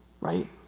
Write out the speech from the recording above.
right